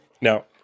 Now